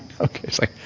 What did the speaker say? Okay